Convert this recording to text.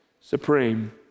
supreme